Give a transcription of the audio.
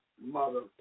Mother